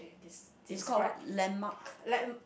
des~ describe like I'm